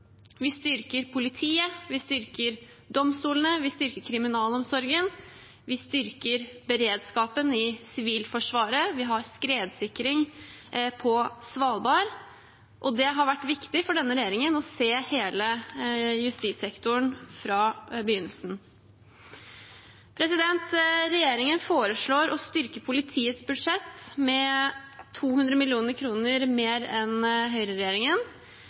Vi styrker politiet. Vi styrker domstolene. Vi styrker kriminalomsorgen. Vi styrker beredskapen i Sivilforsvaret. Vi har skredsikring på Svalbard. Det har vært viktig for denne regjeringen å se hele justissektoren fra begynnelsen. Regjeringen foreslår å styrke politiets budsjett med 200 mill. kr mer enn høyreregjeringen.